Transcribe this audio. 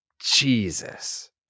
Jesus